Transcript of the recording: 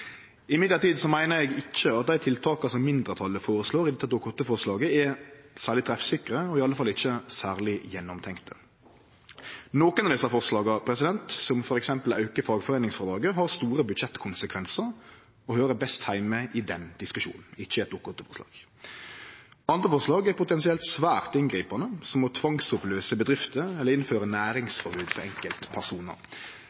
meiner eg ikkje at dei tiltaka mindretalet føreslår i Dokument 8-forslaget, er særleg treffsikre, og i alle fall ikkje særleg gjennomtenkte. Nokre av desse forslaga, som f.eks. å auke fagforeiningsfrådraget, har store budsjettkonsekvensar og høyrer best heime i den diskusjonen, ikkje i eit Dokument 8-forslag. Andre forslag er potensielt svært inngripande, som å tvangsoppløyse bedrifter eller innføre